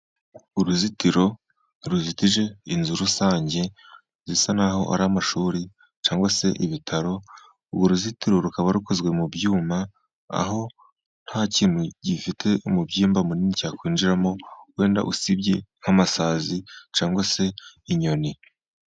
Uruzitiro ruzitije inzu rusange zisa naho ari amashuri cyangwa se ibitaro. Uru ruzitiro rukaba rukozwe mu byuma, aho nta kintu gifite umubyimba munini cyakwinjiramo, wenda usibye nk'amasazi cyangwa se inyoni.